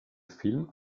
film